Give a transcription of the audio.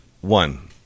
one